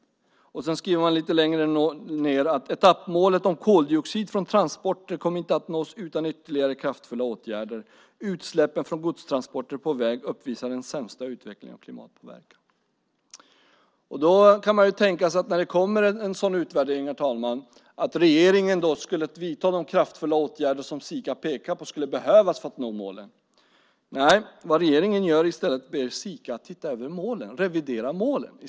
Lite längre ned skriver man att etappmålet om koldioxid från transporter inte kommer att nås utan ytterligare kraftfulla åtgärder och att utsläppen från godstransporter på väg uppvisar den sämsta utvecklingen av klimatpåverkan. Herr talman! När det kommer en sådan utvärdering kan man ju tänka sig att regeringen skulle vidta de kraftfulla åtgärder som Sika pekar på och menar skulle behövas för att nå målen. Men nej, vad regeringen gör är att i stället be Sika titta över och revidera målen!